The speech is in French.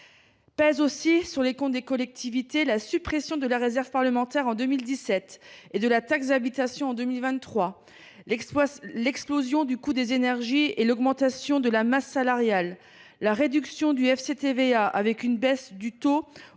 Pèsent aussi sur les comptes des collectivités : la suppression de la réserve parlementaire en 2017 et de la taxe d’habitation en 2023 ; l’explosion du coût de l’énergie et l’augmentation de la masse salariale ; la réduction du fonds de compensation pour